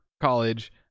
college